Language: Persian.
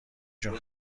جون